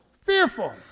Fearful